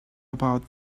about